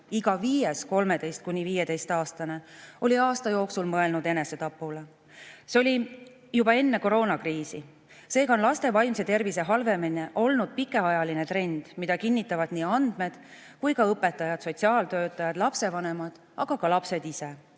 Iga viies 13–15‑aastane oli aasta jooksul mõelnud enesetapule. See oli juba enne koroonakriisi. Seega on laste vaimse tervise halvenemine olnud pikaajaline trend, mida kinnitavad nii andmed kui ka õpetajad, sotsiaaltöötajad, lapsevanemad, samuti lapsed ise.